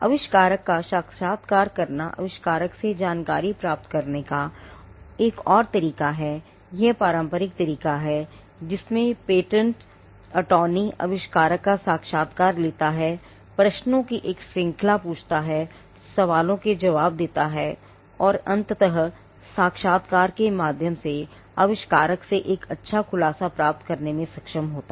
आविष्कारक का साक्षात्कार करना आविष्कारक से जानकारी प्राप्त करने का एक और तरीका है यह पारंपरिक तरीका है जिसमें पेटेंट अटॉर्नी आविष्कारक का साक्षात्कार लेता है प्रश्नों की एक श्रृंखला पूछता है सवालों के जवाब देता है और अंततः साक्षात्कार के माध्यम से आविष्कारक से एक अच्छा खुलासा प्राप्त करने में सक्षम होगा